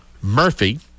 Murphy